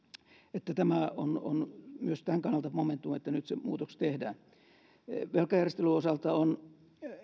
tämä on myös tämän kannalta momentum että nyt se muutos tehdään velkajärjestelyn osalta on